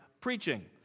preaching